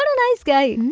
and nice guy.